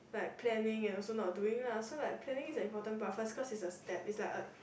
like planning and also not doing lah so like planning is an important part first cause it's a step it's like a